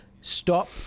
stop